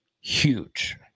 huge